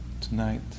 tonight